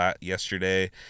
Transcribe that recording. yesterday